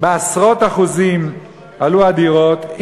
בעשרות אחוזים עלו הדירות.